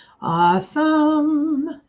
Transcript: Awesome